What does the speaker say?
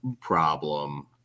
problem